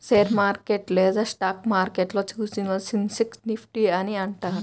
share market లేదా stock మార్కెట్లో సూచీలను సెన్సెక్స్, నిఫ్టీ అని అంటారు